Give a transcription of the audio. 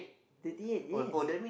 thirty eight years